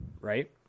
right